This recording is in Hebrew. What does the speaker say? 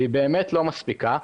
והיא באמת לא מספיקה.